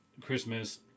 Christmas